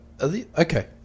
Okay